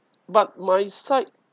but my side